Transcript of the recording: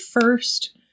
first